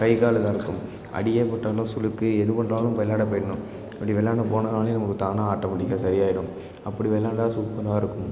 கை கால் இதாக இருக்கும் அடியேபட்டாலும் சுளுக்கு எதுபட்டாலும் விள்ளாடப் போயிடணும் அப்படி விள்ளாடப் போனோனாலே நமக்கு தான ஆட்டோமெட்டிக்காக சரி ஆயிடும் அப்படி விளையாண்டா சூப்பராக இருக்கும்